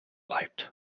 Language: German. alt